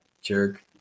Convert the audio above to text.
jerk